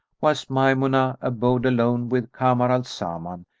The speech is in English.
whilst maymunah abode alone with kamar al-zaman,